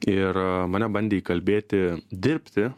ir mane bandė įkalbėti dirbti